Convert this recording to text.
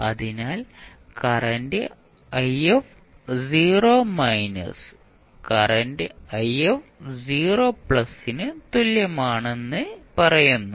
അതിനാൽ current current ന് തുല്യമാണെന്ന് പറയുന്നു